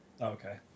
Okay